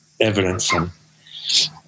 evidence